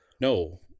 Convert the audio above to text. No